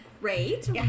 great